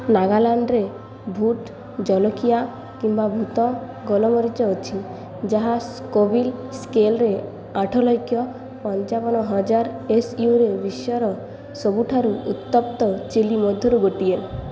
ନାଗାଲାଣ୍ଡରେ ଭୁଟ୍ ଜୋଲୋଖିଆ କିମ୍ବା ଭୂତ ଗୋଲମରିଚ ଅଛି ଯାହା ସ୍କୋଭିଲ୍ ସ୍କେଲ୍ରେ ଆଠଲକ୍ଷ ପାଞ୍ଚାବନହଜାର ଏସୟୁରେ ବିଶ୍ୱର ସବୁଠାରୁ ଉତ୍ତପ୍ତ ଚିଲି ମଧ୍ୟରୁ ଗୋଟିଏ